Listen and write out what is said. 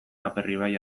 aperribai